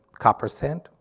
copper cent,